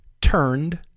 turned